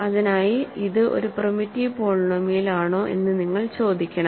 അതിനായി ഇത് ഒരു പ്രിമിറ്റീവ് പോളിനോമിയലാണോ എന്ന് നിങ്ങൾ ചോദിക്കണം